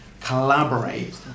collaborate